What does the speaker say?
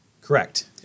Correct